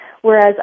Whereas